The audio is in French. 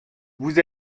vous